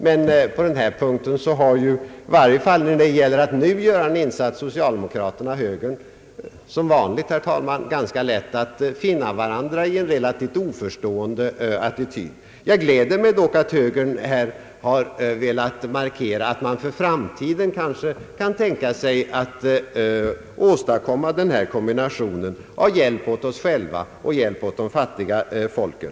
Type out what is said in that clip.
Men när det gäller att nu göra en insats har ju socialdemokraterna och högern som vanligt, herr talman, ganska lätt att finna varandra i en relativt oförstående attityd. Det gläder mig dock att högern här har velat markera att man för framtiden kanske kan tänka sig denna kombination av hjälp åt oss själva och hjälp åt de fattiga folken.